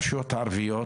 ברשויות הערביות,